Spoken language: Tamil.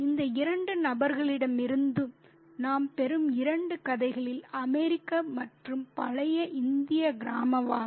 இந்த இரண்டு நபர்களிடமிருந்து நாம் பெறும் இரண்டு கதைகளில் அமெரிக்க மற்றும் பழைய இந்திய கிராமவாசி